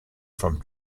from